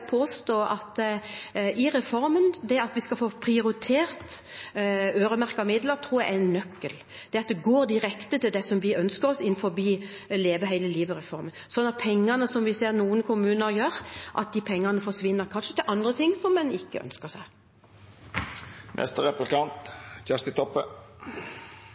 det at vi skal få prioritert øremerkede midler i reformen, er nøkkelen – det tror jeg – det at det går direkte til det vi ønsker oss innenfor Leve hele livet-reformen, istedenfor at pengene, som vi ser i noen kommuner, kanskje forsvinner til andre ting som en ikke ønsker seg.